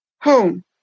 home